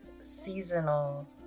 seasonal